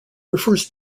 refers